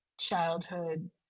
childhood